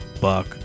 Buck